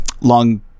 long